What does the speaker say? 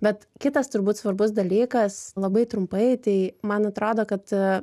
bet kitas turbūt svarbus dalykas labai trumpai tai man atrodo kad